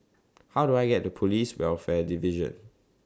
How Do I get to Police Welfare Division